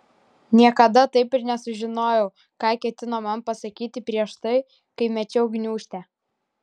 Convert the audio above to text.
niekada taip ir nesužinojau ką ketino man pasakyti prieš tai kai mečiau gniūžtę